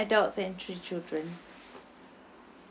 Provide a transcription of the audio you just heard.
uh two adults and two children